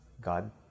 God